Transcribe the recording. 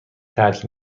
ترک